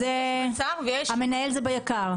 המנהל הוא ביק"ר.